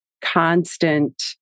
constant